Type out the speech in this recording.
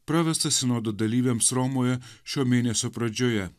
pravestą sinodo dalyviams romoje šio mėnesio pradžioje